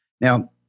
Now